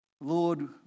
Lord